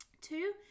Two